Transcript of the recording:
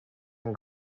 and